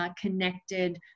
connected